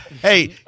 Hey